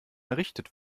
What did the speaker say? errichtet